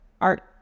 art